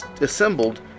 assembled